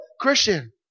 Christian